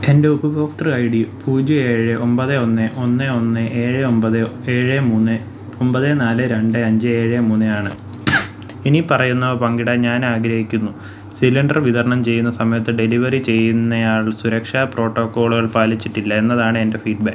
എൻ്റെ ഉപഭോക്തൃ I D പൂജ്യം ഏഴ് ഒൻപത് ഒന്ന് ഒന്ന് ഒന്ന് ഏഴ് ഒൻപത് ഏഴ് മൂന്ന് ഒൻപത് നാല് രണ്ട് അഞ്ച് ഏഴ് മൂന്ന് ആണ് ഇനി പറയുന്നവ പങ്കിടാൻ ഞാൻ ആഗ്രഹിക്കുന്നു സിലിണ്ടർ വിതരണം ചെയ്യുന്ന സമയത്ത് ഡെലിവറി ചെയ്യുന്നയാൾ സുരക്ഷാ പ്രോട്ടോക്കോളുകൾ പാലിച്ചിട്ടില്ല എന്നതാണ് എൻ്റെ ഫീഡ് ബാക്ക്